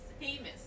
famous